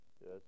yes